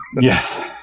Yes